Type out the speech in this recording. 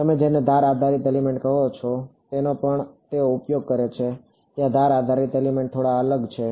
તમે જેને ધાર આધારિત એલિમેન્ટ કહો છો તેનો પણ તેઓ ઉપયોગ કરે છે ત્યાં ધાર આધારિત એલિમેન્ટ થોડા અલગ છે